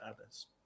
others